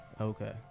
okay